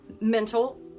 mental